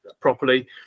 properly